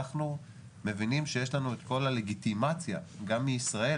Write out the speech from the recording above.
אנחנו מבינים שיש לנו את כל הלגיטימציה גם מישראל,